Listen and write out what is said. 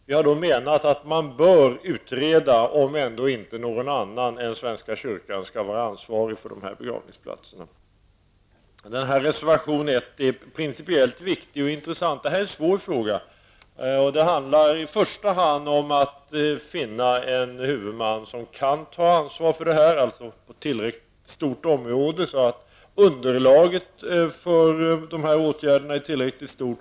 Vi har menat att man bör utreda om ändå inte någon annan än svenska kyrkan skall vara ansvarig för dessa begravningsplatser. Reservation 1 är principiellt viktig och intressant. Det här är en svår fråga. Det handlar i första om att få en huvudman som kan ta ansvar för denna verksamhet på ett tillräckligt stort område, så att underlaget för åtgärderna är tillräckligt stort.